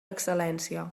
excel·lència